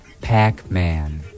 Pac-Man